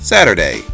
Saturday